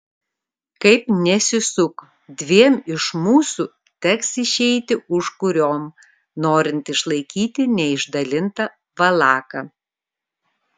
kaip nesisuk dviem iš mūsų teks išeiti užkuriom norint išlaikyti neišdalintą valaką